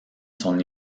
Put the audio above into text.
son